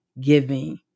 giving